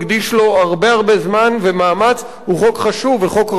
הרבה זמן ומאמץ הוא חוק חשוב וחוק ראוי.